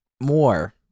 More